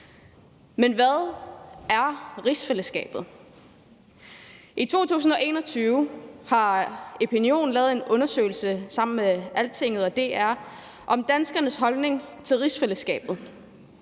men hvad er rigsfællesskabet? I 2021 lavede Epinion en undersøgelse sammen med Altinget og DR om danskernes holdning til rigsfællesskabet.